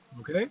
Okay